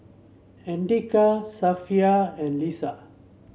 Andika Safiya and Lisa